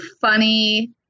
funny